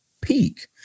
peak